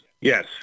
Yes